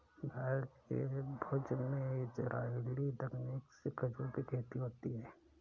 भारत के भुज में इजराइली तकनीक से खजूर की खेती होती है